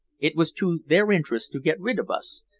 it was to their interest to get rid of us,